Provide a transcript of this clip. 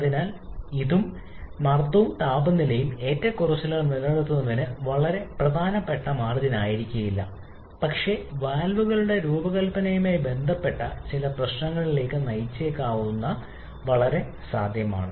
അതിനാൽ രണ്ടും മർദ്ദവും താപനിലയും ഏറ്റക്കുറച്ചിലുകൾ നിലനിർത്തുന്നത് വളരെ പ്രധാനപ്പെട്ട മാർജിൻ ആയിരിക്കില്ല പക്ഷേ വാൽവുകളുടെ രൂപകൽപ്പനയുമായി ബന്ധപ്പെട്ട ചില പ്രശ്നങ്ങളിലേക്ക് നയിച്ചേക്കാവുന്ന അത് വളരെ സാധ്യമാണ്